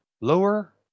lower